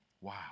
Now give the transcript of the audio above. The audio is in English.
Wow